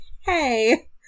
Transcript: hey